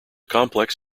complex